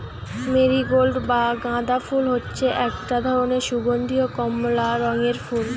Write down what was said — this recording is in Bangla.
মেরিগোল্ড বা গাঁদা ফুল হচ্ছে একটা ধরণের সুগন্ধীয় কমলা রঙের ফুল